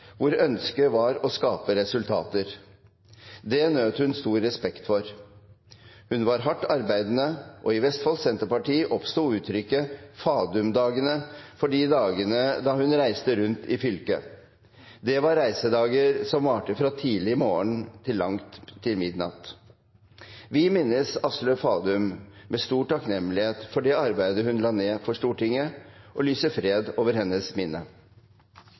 hvor ønsket var å skape resultater. Det nøt hun stor respekt for. Hun var hardt arbeidende, og i Vestfold Senterparti oppsto utrykket «Fadum-dagene» for de dagene da hun reiste rundt i fylket. Det var reisedager som varte fra tidlig morgen til midnatt. Vi minnes Aslaug Fadum med stor takknemlighet for det arbeidet hun la ned for Stortinget, og lyser fred over hennes minne.